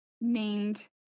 named